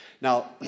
Now